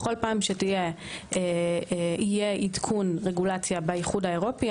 בכל פעם שיהיה עדכון רגולציה באיחוד האירופי,